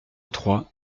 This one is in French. trois